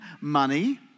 money